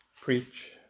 preach